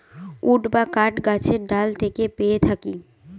would বা কাঠ গাছের ডাল থেকে পেয়ে থাকি